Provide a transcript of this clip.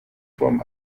vorm